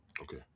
Okay